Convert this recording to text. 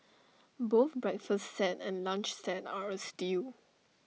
both breakfast set and lunch set are A steal